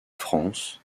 france